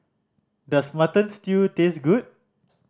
does Mutton Stew taste good